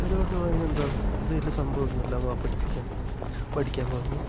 അവര് പറഞ്ഞു അതിനെന്താണ് അത് വലിയ സംഭവമൊന്നുമല്ല വാ പഠിപ്പിക്കാം പഠിക്കാമെന്ന് പറഞ്ഞു